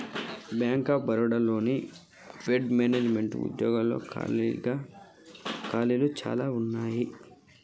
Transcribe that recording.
bank of Baroda లోని వెడ్ మేనేజ్మెంట్లో ఉద్యోగాల ఖాళీలు చానా ఉన్నయి